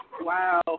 Wow